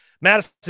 Madison